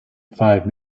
five